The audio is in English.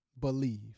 believe